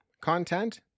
content